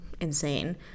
insane